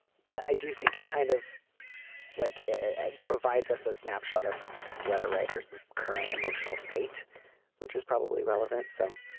but i do think it kind of like provides us a snapshot of this letter writers current emotional state which is probably relevant. so